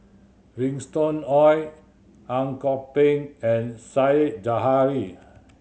Winston Oh Ang Kok Peng and Said Zahari